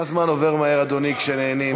איך הזמן עובר מהר, אדוני, כשנהנים.